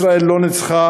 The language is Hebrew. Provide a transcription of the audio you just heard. ישראל לא ניצחה,